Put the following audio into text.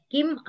Kim